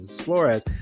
Flores